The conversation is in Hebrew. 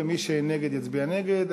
ומי שנגד יצביע נגד.